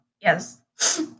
yes